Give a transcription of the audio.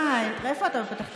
אתה מפתח תקווה?